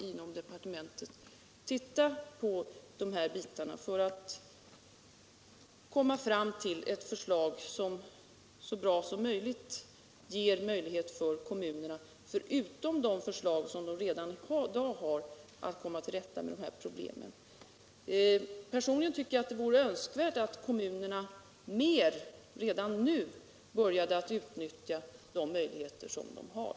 Inom departementet arbetar vi just nu med att få fram förslag som skall ge kommunerna ännu bättré möjligheter än de redan har att komma till rätta med de här problemen. Personligen tycker jag det vore önskvärt att kommunerna redan nu började utnyttja de möjligheter som de har.